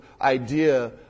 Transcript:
idea